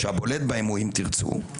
שהבולט בהם הוא "אם תרצו",